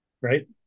right